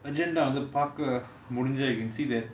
agenda வந்து பாக்க முடிஞ்சா:vanthu paaka mudinjaa you can see that